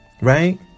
Right